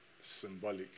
symbolic